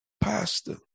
Pastor